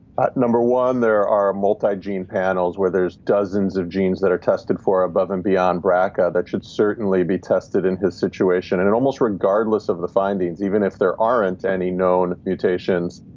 at number one, there are multi-gene panels where there's dozens of genes that are tested for above and beyond brca that should certainly be tested in his situation. and and almost regardless of the findings, even if there aren't any known mutations,